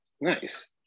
nice